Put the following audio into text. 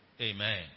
Amen